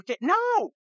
No